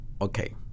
okay